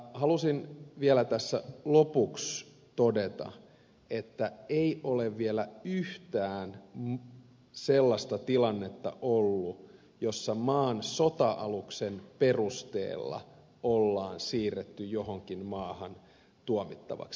halusin vielä tässä lopuksi todeta että ei ole vielä yhtään sellaista tilannetta ollut jossa maan sota aluksen perusteella on siirretty johonkin maahan tuomittavaksi